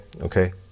okay